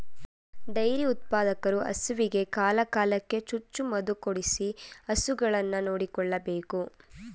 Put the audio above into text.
dairy ಉತ್ಪಾದಕರು ಹಸುವಿಗೆ ಕಾಲ ಕಾಲಕ್ಕೆ ಚುಚ್ಚು ಮದುಕೊಡಿಸಿ ಹಸುಗಳನ್ನು ನೋಡಿಕೊಳ್ಳಬೇಕು